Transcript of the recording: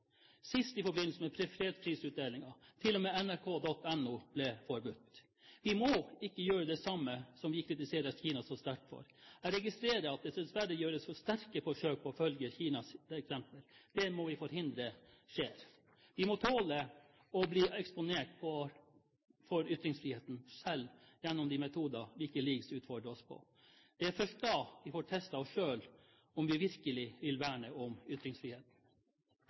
sist i forbindelse med fredsprisutdelingen – til og med nrk.no ble forbudt. Vi må ikke gjøre det samme som vi kritiserer Kina så sterkt for. Jeg registrerer at det dessverre gjøres sterke forsøk på å følge Kinas eksempel. Det må vi forhindre skjer. Vi må tåle å bli eksponert for ytringsfriheten, selv gjennom de metoder WikiLeaks utfordrer oss ved. Det er først da vi får testet oss selv – om vi virkelig vil verne om